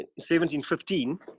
1715